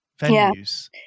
venues